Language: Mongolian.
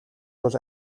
тул